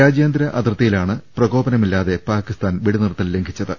രാജ്യാന്തര അതിർത്തിയിലാണ് പ്രകോപനമില്ലാതെ പാകിസ്ഥാൻ വെടിനിർത്തൽ ലംഘി ച്ചത്